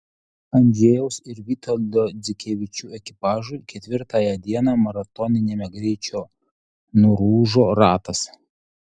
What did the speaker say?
andžejaus ir vitoldo dzikevičių ekipažui ketvirtąją dieną maratoniniame greičio nulūžo ratas